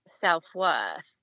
self-worth